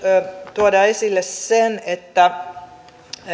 tuoda esille sen että